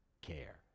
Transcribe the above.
care